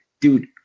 dude